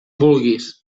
vulguis